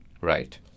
Right